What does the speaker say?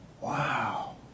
Wow